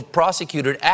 prosecuted